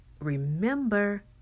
remember